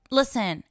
listen